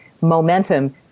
momentum